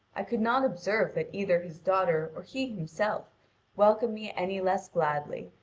i could not observe that either his daughter or he himself welcomed me any less gladly,